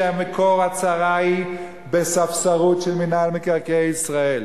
שמקור הצרה הוא בספסרות של מינהל מקרקעי ישראל.